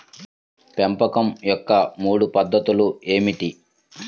పెంపకం యొక్క మూడు పద్ధతులు ఏమిటీ?